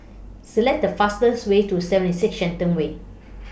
Select The fastest Way to seven six Shenton Way